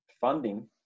funding